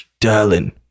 Darlin